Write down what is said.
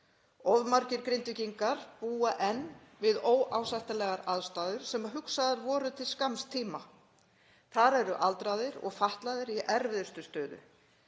Of margir Grindvíkingar búa enn við óásættanlegar aðstæður sem hugsaðar voru til skamms tíma. Þar eru aldraðir og fatlaðir í erfiðustu stöðunni.